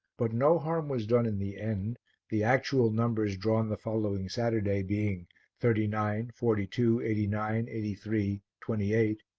but no harm was done in the end, the actual numbers drawn the following saturday being thirty nine, forty two, eighty nine, eighty three, twenty eight,